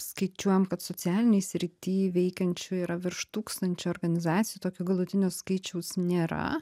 skaičiuojam kad socialinėj srity veikiančių yra virš tūkstančio organizacijų tokio galutinio skaičiaus nėra